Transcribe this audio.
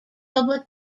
public